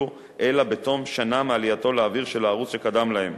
אלא בתום שנה מעלייתו לאוויר של הערוץ שקדם להם.